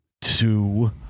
two